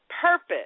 purpose